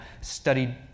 studied